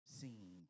seen